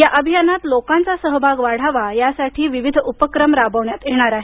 या अभियानात लोकांचा सहभाग वाढावा यासाठी विविध उपक्रम राबवण्यात येणार आहेत